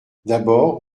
d’abord